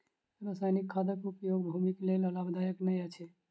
रासायनिक खादक उपयोग भूमिक लेल लाभदायक नै अछि